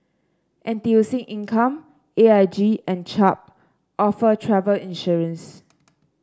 N T U C Income A I G and Chubb offer travel insurance